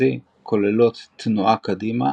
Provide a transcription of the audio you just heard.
המרכזי כוללות תנועה קדימה,